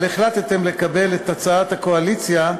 אבל החלטתם לקבל את הצעת הקואליציה,